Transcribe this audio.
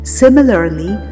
similarly